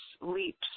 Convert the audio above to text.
leaps